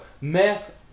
Meth